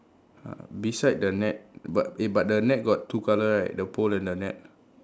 uh beside the net but eh but the net got two colour right the pole and the net